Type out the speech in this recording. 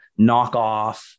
knockoff